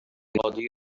godi